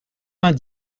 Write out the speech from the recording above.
vingt